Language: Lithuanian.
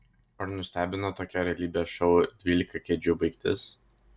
ar nustebino tokia realybės šou dvylika kėdžių baigtis